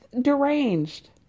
Deranged